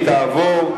הוא חזר בו.